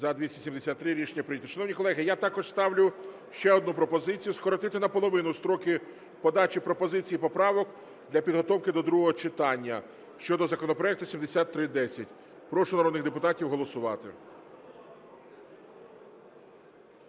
За-273 Рішення прийнято. Шановні колеги, я також ставлю ще одну пропозицію скоротити наполовину строки подачі пропозицій і поправок для підготовки до другого читання щодо законопроекту 7310. Прошу народних депутатів голосувати.